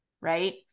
Right